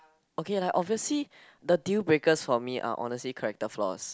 okay lah obviously the deal breaker for me are honestly character flaws